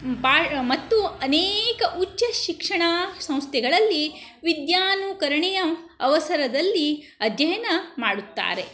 ಪಾ ಮತ್ತು ಅನೇಕ ಉಚ್ಚ ಶಿಕ್ಷಣ ಸಂಸ್ಥೆಗಳಲ್ಲಿ ವಿದ್ಯಾನುಕರಣೆಯ ಅವಸರದಲ್ಲಿ ಅಧ್ಯಯನ ಮಾಡುತ್ತಾರೆ